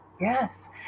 Yes